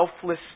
selfless